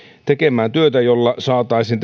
tekemään työtä jotta saataisiin